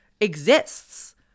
exists